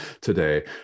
today